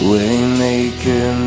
Waymaker